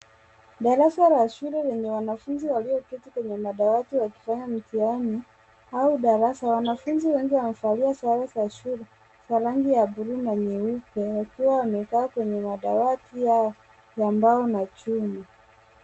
Darasa la shule lenye wanafunzi walioketi kwenye madawati wakifanya mtihani au darasa. Wanafunzi wengi wamevalia sare za shule za rangi ya bluu na nyeupe wakiwa wamekaa kwenye madawati yao ya mbao na chuma.